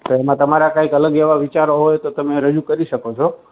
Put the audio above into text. તો એમાં તમારા કાંઈક અલગ એવા વિચારો હોય તો તમે રજૂ કરી શકો છો